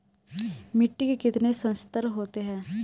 मिट्टी के कितने संस्तर होते हैं?